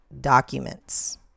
documents